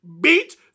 beat